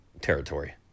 territory